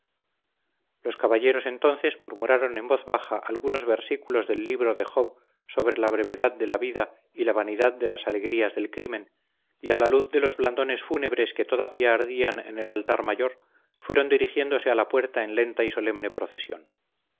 los caballeros entonces murmuraron en voz baja algunos versículos del libro de job sobre la brevedad de la vida y la vanidad de las alegrías del crimen y a la luz de los blandones fúnebres que todavía ardían en el altar mayor fueron dirigiéndose a la puerta en lenta y solemne procesión